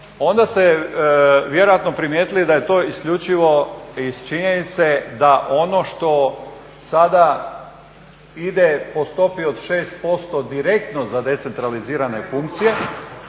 onda ste vjerojatno primijetili da je to isključivo iz činjenice da ono što sada ide po stopi od 6% direktno za decentralizirane funkcije